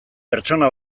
pertsona